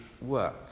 work